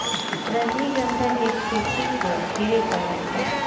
रजनीगंधा के खेती से ढेरे कमाई बा